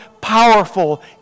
powerful